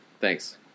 Thanks